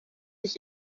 ich